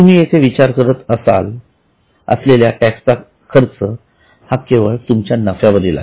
तुम्ही येथे विचार करत असलेल्या टॅक्स चा खर्च हा केवळ तुमच्या नफ्यावरील आहे